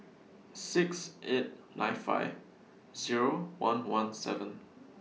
six eight nine five Zero one one seven